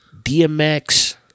dmx